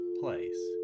place